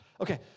okay